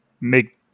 make